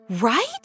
Right